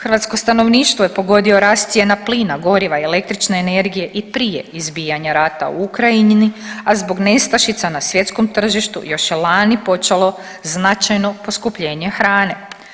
Hrvatsko stanovništvo je pogodio rast cijena plina, goriva i električne energije i prije izbijanja rata u Ukrajini, a zbog nestašica na svjetskom tržištu još je lani počelo značajno poskupljenje hrane.